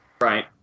Right